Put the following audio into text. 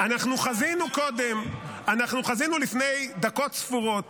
-- אנחנו חזינו לפני דקות ספורות